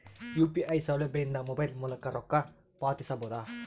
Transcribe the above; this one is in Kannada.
ಯು.ಪಿ.ಐ ಸೌಲಭ್ಯ ಇಂದ ಮೊಬೈಲ್ ಮೂಲಕ ರೊಕ್ಕ ಪಾವತಿಸ ಬಹುದಾ?